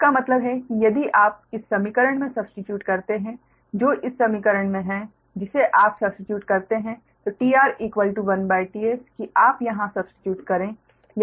इसका मतलब है कि यदि आप इस समीकरण में सब्स्टीट्यूट करते हैं जो इस समीकरण में है जिसे आप सब्स्टीट्यूट करते हैं tR1ts कि आप यहाँ सब्स्टीट्यूट करे